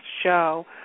show